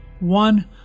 One